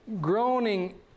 groaning